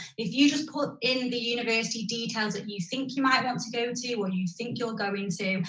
if you just put in the university details ah you think you might want to go to, and you think you're going to,